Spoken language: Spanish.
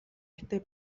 este